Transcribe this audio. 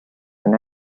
when